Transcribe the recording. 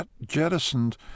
jettisoned